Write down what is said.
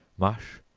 mush,